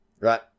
Right